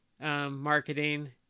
marketing